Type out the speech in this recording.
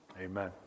Amen